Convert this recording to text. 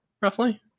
roughly